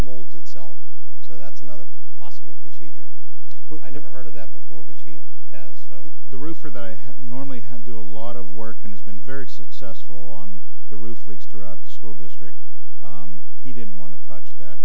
molds itself so that's another possible procedure but i never heard of that before but she has the roofer that i normally have do a lot of work and has been very successful on the roof leaks throughout the school district he didn't want to touch that